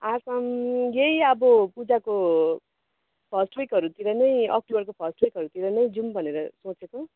आसाम यही अब पूजाको फर्स्ट विकहरूतिर नै अक्टुबरको फर्स्ट विकहरूतिर नै जाउँ भनेर सोचेको